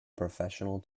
professional